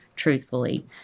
truthfully